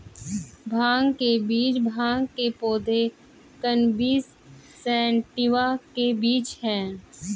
भांग के बीज भांग के पौधे, कैनबिस सैटिवा के बीज हैं